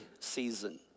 season